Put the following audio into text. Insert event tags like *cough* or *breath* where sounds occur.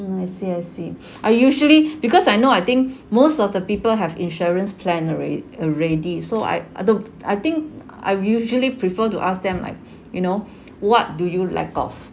I see I see *noise* I usually because I know I think most of the people have insurance plan alre~ already so I I don't I think I usually prefer to ask them *breath* like you know what do you lack of